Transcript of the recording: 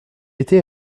été